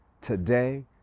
Today